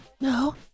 No